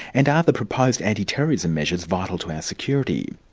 and are the proposed anti-terrorism measures vital to our security?